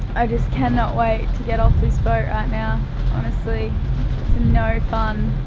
i just cannot wait to get off this boat right now honestly. it's and no fun